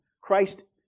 Christ